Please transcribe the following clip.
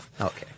Okay